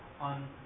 on